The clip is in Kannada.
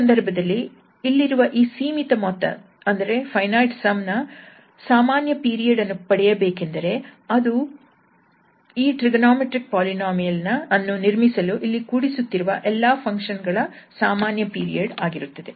ಈ ಸಂದರ್ಭದಲ್ಲಿ ಇಲ್ಲಿರುವ ಈ ಸೀಮಿತ ಮೊತ್ತದ ಸಾಮಾನ್ಯ ಪೀರಿಯಡ್ ಅನ್ನು ಪಡೆಯಬೇಕೆಂದರೆ ಅದು ಈ ಟ್ರಿಗೊನೋಮೆಟ್ರಿಕ್ ಪೋಲಿನೋಮಿಯಲ್ ಅನ್ನು ನಿರ್ಮಿಸಲು ಇಲ್ಲಿ ಕೂಡಿಸುತ್ತಿರುವ ಎಲ್ಲಾ ಫಂಕ್ಷನ್ ಗಳ ಸಾಮಾನ್ಯ ಪೀರಿಯಡ್ ಆಗಿರುತ್ತದೆ